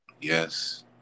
Yes